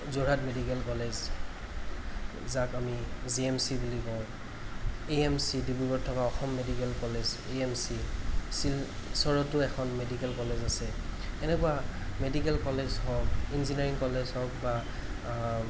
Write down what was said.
Jorhat medical college যাক আমি G M C বুলি কওঁ এ এম চি ডিব্ৰুগড়ত থকা Assam medical college A M C শিলচৰতো এখন মেডিকেল কলেজ আছে এনেকুৱা মেডিকেল কলেজ হওক ইঞ্জিনীয়াৰিং কলেজ হওক বা